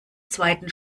zweiten